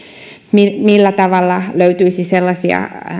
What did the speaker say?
millä millä tavalla löytyisi sellaisia